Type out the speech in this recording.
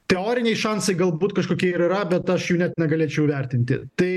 teoriniai šansai galbūt kažkokie ir yra bet aš jų net negalėčiau vertinti tai